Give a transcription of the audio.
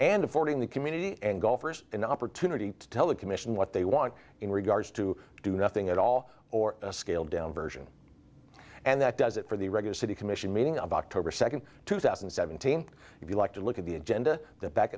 affording the community and golfers an opportunity to tell the commission what they want in regards to do nothing at all or a scaled down version and that does it for the regular city commission meeting of october second two thousand and seventeen if you like to look at the agenda that back